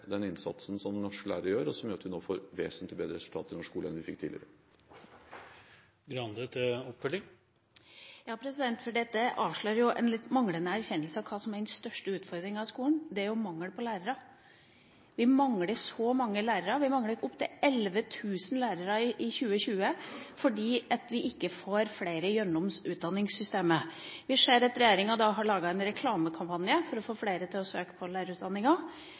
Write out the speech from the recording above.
den innsatsen som norske lærere gjør, og som gjør at vi nå får vesentlig bedre resultater i norsk skole enn det vi fikk tidligere. Dette avslører en litt manglende erkjennelse av hva som er den største utfordringa i skolen: Vi mangler så mange lærere. Vi vil mangle opp til 11 000 lærere i 2020 fordi vi ikke får flere igjennom utdanningssystemet. Vi ser at regjeringa har laget en reklamekampanje for å få flere til å søke på lærerutdanninga.